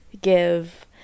give